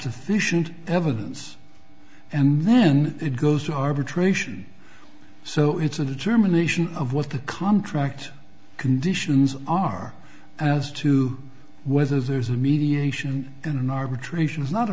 sufficient evidence and then it goes to arbitration so it's a determination of what the contract conditions are as to whether there's a mediation and an arbitration is not a